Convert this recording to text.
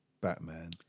batman